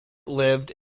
lived